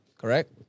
Correct